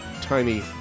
Tiny